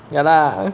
ya lah